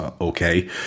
okay